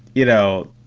you know,